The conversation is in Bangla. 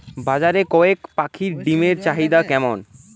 বাজারে কয়ের পাখীর ডিমের চাহিদা কেমন?